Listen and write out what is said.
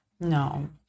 no